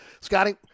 Scotty